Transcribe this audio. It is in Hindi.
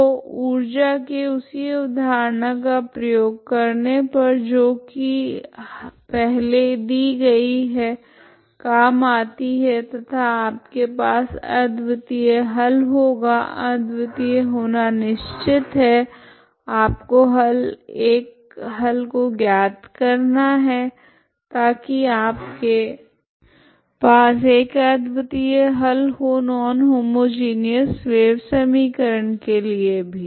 तो ऊर्जा के उसी अवधारणा का प्रयोग करने पर जो की पहले दी गई है काम आती है ताकि आपके पास अद्वितीय हल होगा अद्वितीय होना निश्चित है आपको केवल एक हल को ज्ञात करना है ताकि आपके पास एक अद्वितीय हल हो नॉन होमोजिनिऔस वेव समीकरण के लिए भी